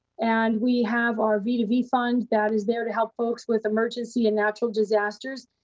and we have our v to v funds that is there to help folks with emergency and natural disasters.